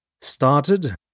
Started